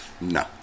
No